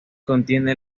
contiene